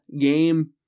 game